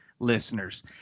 listeners